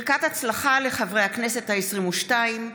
ברכת הצלחה לחברי הכנסת העשרים-ושתיים.